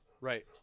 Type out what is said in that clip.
Right